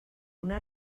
una